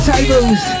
tables